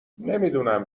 نمیدونم